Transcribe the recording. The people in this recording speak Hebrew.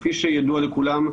כפי שידוע לכולם,